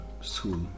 school